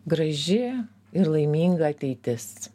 graži ir laiminga ateitis